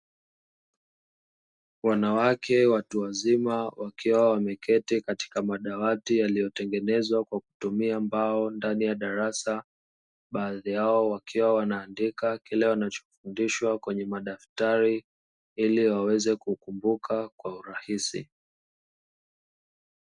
Wanawake watu wazima wakiwa wameketi katika madawati yaliyotengenezwa kwa kutumia mbao ndani ya darasa, baadhi yao wakiwa wanabandika kinacho fundishwa kwenye madaftari ili waweze kukumbuka kwa urahisi.